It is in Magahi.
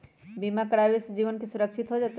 बीमा करावे से जीवन के सुरक्षित हो जतई?